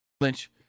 Lynch